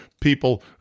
people